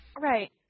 right